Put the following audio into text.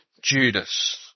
Judas